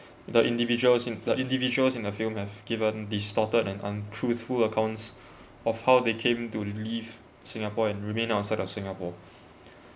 the individuals in the individuals in a film have given distorted and untruthful accounts of how they came to leave singapore and remain outside of singapore